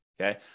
okay